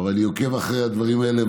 ואני עוקב אחרי הדברים האלה,